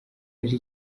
yaje